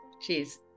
Cheers